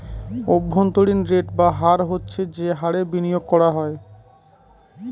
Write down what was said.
অভ্যন্তরীন রেট বা হার হচ্ছে যে হারে বিনিয়োগ করা হয়